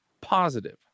positive